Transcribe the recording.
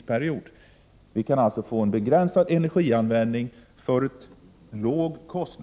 Vi kan då för en låg kostnad åstadkomma en begränsning av energianvändningen.